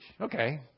Okay